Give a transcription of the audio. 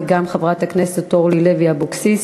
וגם חברת הכנסת אורלי לוי אבקסיס,